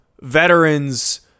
veterans